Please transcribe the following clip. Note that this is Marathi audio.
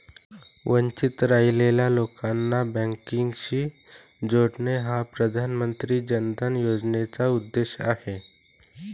वंचित राहिलेल्या लोकांना बँकिंगशी जोडणे हा प्रधानमंत्री जन धन योजनेचा उद्देश आहे